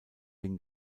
den